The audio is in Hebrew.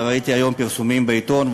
וראיתי היום פרסומים בעיתון,